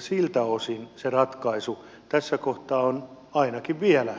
siltä osin se ratkaisu tässä kohtaa on ainakin vielä